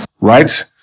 Right